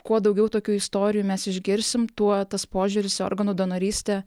kuo daugiau tokių istorijų mes išgirsim tuo tas požiūris į organų donorystę